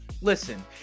listen